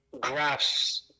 graphs